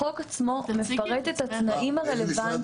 החוק עצמו, מפרט את התנאים הרלוונטיים.